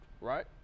right